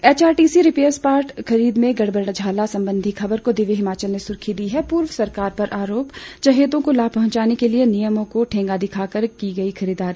HRTC spare parts खरीद में गड़बड़झाला संबंधी खबर को दिव्य हिमाचल ने सुर्खी दी है पूर्व सरकार पर आरोप चहेतों को लाभ पहुंचाने के लिए नियमों को ठेंगा दिखाकर की गई खरीददारी